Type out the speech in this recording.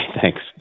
thanks